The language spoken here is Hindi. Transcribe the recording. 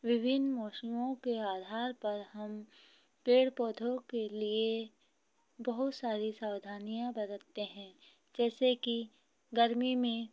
विभिन्न मौसमों के आधार पर हम पेड़ पौधों के लिए बहुत सारी सावधानियाँ बरतते हैं जैसे कि गर्मी में